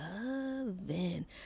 loving